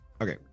Okay